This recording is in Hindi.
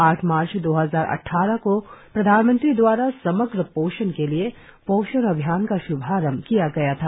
आठ मार्च दो हजार अद्वारह को प्रधानमंत्री दवारा समग्र पोषण के लिए पोषण अभियान का श्भारंभ किया गया था